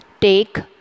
Take